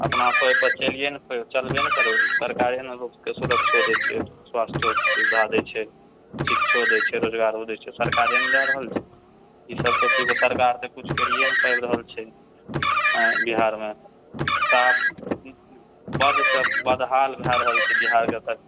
अपना सभ अहिपर चलिये ने पेबै चलबे ने करबै सरकारे ने लोकके सुरक्षो दै छै स्वास्थ्यओ के सुविधा दै छै शिक्षो दै छै रोजगारो दै छै सरकारे ने दऽ रहल छै ई सबके सरकार किछु करिये ने पाबि रहल छै आँय बिहारमे साफ बद सँ बदहाल भए रहल छै बिहारके सर